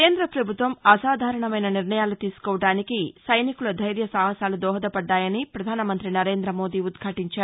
కేంద్ర ప్రభుత్వం అసాధారణమైన నిర్ణయాలు తీసుకోవడానికి సైనికుల దైర్య సాహసాలు దోహదపడ్డాయని ప్రపధాన మంత్రి నరేంద్ర మోదీ ఉద్యాటించారు